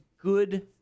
good